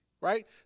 Right